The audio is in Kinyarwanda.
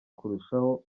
kurushaho